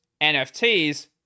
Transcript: NFTs